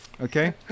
Okay